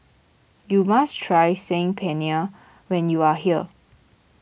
you must try Saag Paneer when you are here